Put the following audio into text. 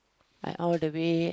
I all the way